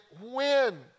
win